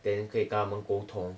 then 可以跟他们沟通